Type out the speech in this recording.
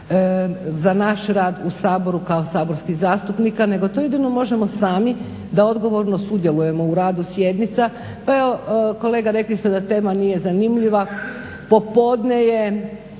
za naš rad u Saboru kao saborskih zastupnika nego to jedino možemo sami da odgovorno sudjelujemo u radu sjednica. Pa evo kolega rekli ste da tema nije zanimljiva, popodne je,